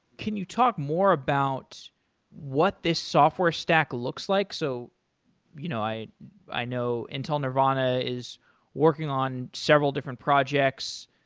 can you talk more about what this software stack looks like? so you know i i know intel nervana is working on several different projects.